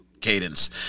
cadence